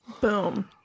boom